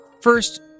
First